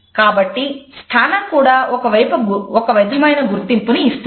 కాబట్టి స్థానం కూడా ఒక విధమైన గుర్తింపును ఇస్తుంది